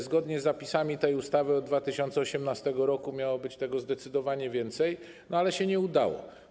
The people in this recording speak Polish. Zgodnie z zapisami tej ustawy od 2018 r. miało być tego zdecydowanie więcej, ale się nie udało.